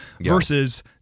versus